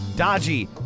Dodgy